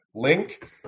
link